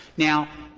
now,